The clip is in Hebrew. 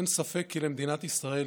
אין ספק כי למדינת ישראל,